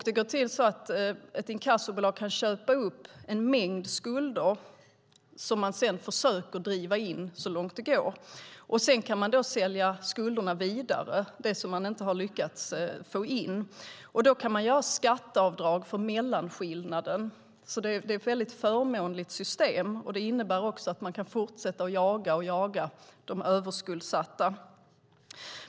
Det går till så att ett inkassobolag köper upp en mängd skulder som de sedan försöker driva in så långt det går. Sedan kan de sälja de skulder vidare som de inte lyckats få in, och då kan de göra skatteavdrag för mellanskillnaden. Det är alltså ett väldigt förmånligt system, och det innebär också att man kan fortsätta att jaga de överskuldsatta.